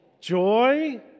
joy